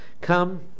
come